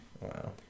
Wow